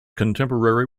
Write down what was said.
contemporary